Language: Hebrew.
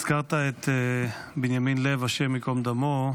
הזכרת את בנימין לב, השם ייקום דמו,